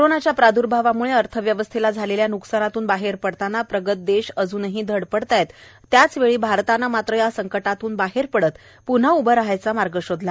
कोरोनाच्या प्राद्र्भावाम्ळे अर्थव्यवस्थेला झालेल्या न्कसानीतून बाहेर पडताना प्रगत देश अजूनही धडपडत आहेत त्याचवेळी भारतानं मात्र या संकटातून बाहेर पडत पून्हा उभं राहायचा मार्ग शोधला